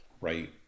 right